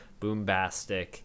boombastic